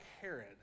Herod